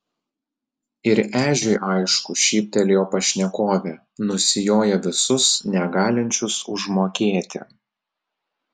ir ežiui aišku šyptelėjo pašnekovė nusijoja visus negalinčius užmokėti